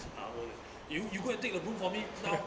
tower leh you you go and take a book for me